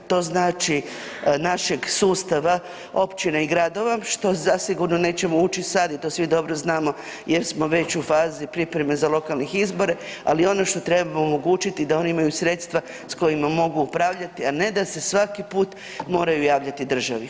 To znači našeg sustava općine i gradova što zasigurno nećemo ući sad i to svi dobro znamo jer smo već u fazi pripreme za lokalne izbore, ali ono što treba omogućiti da oni imaju sredstva s kojima mogu upravljati, a ne da se svaki put moraju javljati državi.